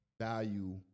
value